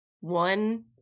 one